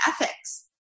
ethics